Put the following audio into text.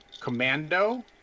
Commando